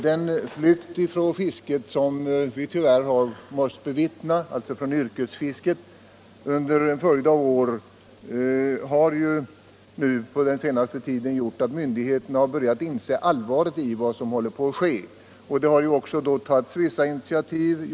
Den flykt från yrkesfisket som vi tyvärr har måst bevittna under en följd av år har ju den senaste tiden gjort att myndigheterna börjat inse allvaret i vad som håller på att ske. Det har också tagits vissa initiativ.